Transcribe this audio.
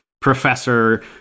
professor